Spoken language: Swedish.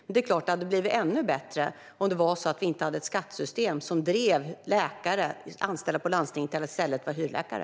Det är klart att det hade blivit ännu bättre om vi inte hade ett skattesystem som driver läkare anställda av landstingen att i stället vara hyrläkare.